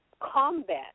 combat